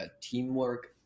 teamwork